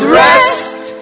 rest